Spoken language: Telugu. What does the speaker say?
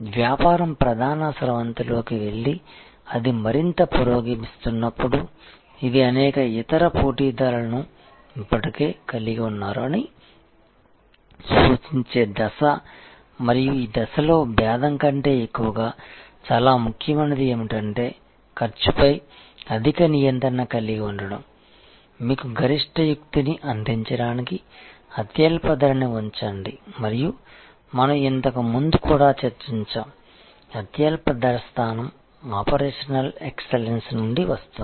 వ్యాపారం ప్రధాన స్రవంతిలోకి వెళ్లి అది మరింత పురోగమిస్తున్నప్పుడు ఇది అనేక ఇతర పోటీదారులను ఇప్పటికే కలిగి ఉన్నారు అని సూచించే దశ మరియు ఈ దశలో భేదం కంటే ఎక్కువగా చాలా ముఖ్యమైనది ఏమిటంటే ఖర్చుపై అధిక నియంత్రణ కలిగి ఉండటం మీకు గరిష్ట యుక్తిని అందించడానికి అత్యల్ప ధర ని ఉంచండి మరియు మనం ఇంతకు ముందు కూడా చర్చించాము అత్యల్ప ధర స్థానం ఆపరేషనల్ ఎక్సలెన్స్ నుండి వస్తుంది